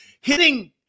hitting